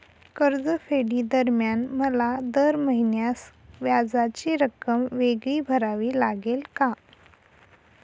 कर्जफेडीदरम्यान मला दर महिन्यास व्याजाची रक्कम वेगळी भरावी लागेल का?